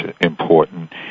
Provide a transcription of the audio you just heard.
important